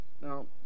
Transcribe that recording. Now